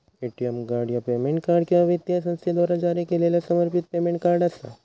ATM card ह्या payment card किंवा वित्तीय संस्थेद्वारा जारी केलेला समर्पित पेमेंट कार्ड असा